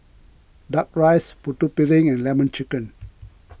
Duck Rice Putu Piring and Lemon Chicken